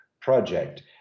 project